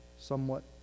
somewhat